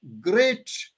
great